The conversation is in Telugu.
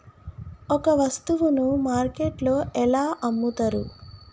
ఒక వస్తువును మార్కెట్లో ఎలా అమ్ముతరు?